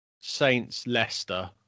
Saints-Leicester